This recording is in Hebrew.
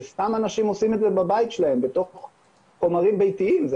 זה סתם אנשים שעושים את זה בבית שלהם עם חומרים ביתיים,